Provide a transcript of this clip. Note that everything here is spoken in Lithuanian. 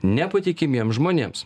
nepatikimiems žmonėms